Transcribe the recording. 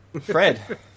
Fred